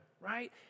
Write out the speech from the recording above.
right